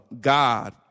God